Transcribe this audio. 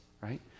right